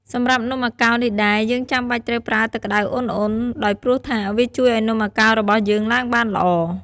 សម្រាប់នំអាកោរនេះដែរ យើងចំបាច់ត្រូវប្រើទឹកក្ដៅឧណ្ហៗ ដោយព្រោះថា វាជួយឲ្យនំអាកោររបស់យើងឡើងបានល្អ។